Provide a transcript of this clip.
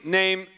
name